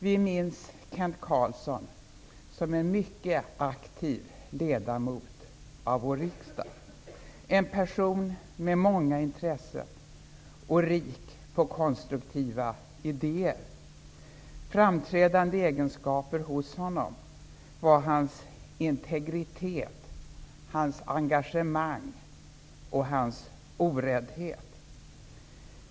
Vi minns Kent Carlsson som en mycket aktiv ledamot av vår riksdag, som en person med många intressen och rik på konstruktiva idéer. Framträdande egenskaper hos honom var hans integritet, hans engagemang och hans oräddhet.